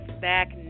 Back